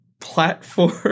platform